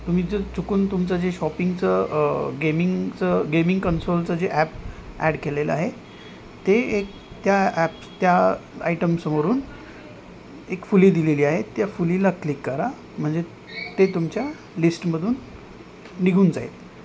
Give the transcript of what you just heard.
तुम्ही जर चुकून तुमचं जे शॉपिंगचं गेमिंगचं गेमिंग कन्सोलचं जे ॲप ॲड केलेलं आहे ते एक त्या ॲप्स त्या आयटमसमोरून एक फुली दिलेली आहे त्या फुलीला क्लिक करा म्हणजे ते तुमच्या लिस्टमधून निघून जाईल